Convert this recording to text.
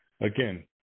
Again